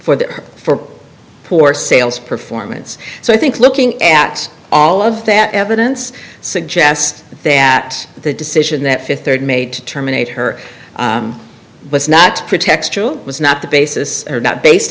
for the for poor sales performance so i think looking at all of that evidence suggests that the decision that fifth third made to terminate her was not pretextual was not the basis or not based